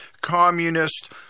communist